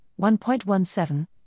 1.17